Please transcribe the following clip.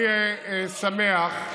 אני שמח,